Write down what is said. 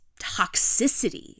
toxicity